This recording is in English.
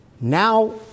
Now